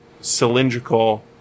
cylindrical